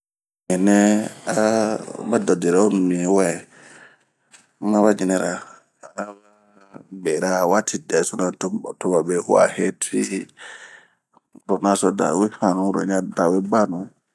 Ba ninɛ ah ba dɔdɔrio miwɛ, maba jinɛ ra ,aba bera wati dɛsona to ba be hua hee tuwi, ro naso da we hanu, ro ɲa dawe banu.